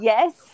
Yes